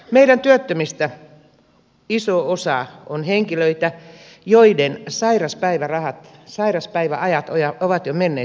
meidän työttömistä iso osa on henkilöitä joiden sairauspäiväajat ovat jo menneet umpeen